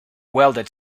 welded